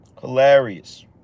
Hilarious